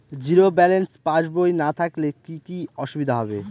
Zero balance passbook না থাকলে কি কী অসুবিধা হবে?